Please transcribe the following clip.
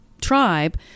tribe